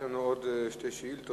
יש לנו עוד שתי שאילתות.